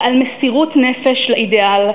בעל מסירות נפש לאידיאל,